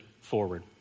forward